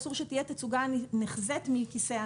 אסור שתהיה תצוגה נחזית מכיסא הנהג.